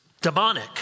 demonic